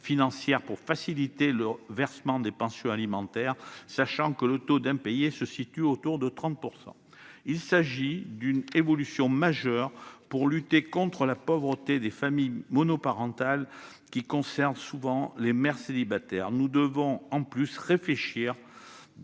financière pour faciliter le versement des pensions alimentaires, sachant que le taux d'impayé se situe autour de 30 %. Il s'agit d'une évolution majeure pour lutter contre la pauvreté des familles monoparentales, souvent constituées de mères célibataires. Nous devons en outre réfléchir,